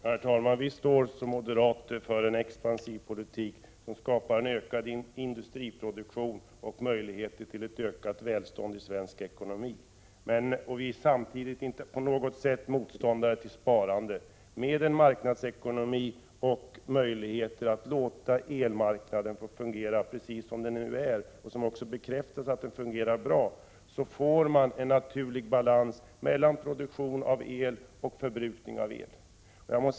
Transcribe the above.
Herr talman! Vi moderater står för en expansiv politik som skapar ökad industriproduktion och möjligheter till ett ökat välstånd i svensk ekonomi. Vi är samtidigt inte på något sätt motståndare till sparande. Med en marknadsekonomi och med möjligheter att låta elmarknaden fungera precis som den är — det bekräftas också att den fungerar bra — får vi en naturlig balans mellan produktion av el och förbrukning av el.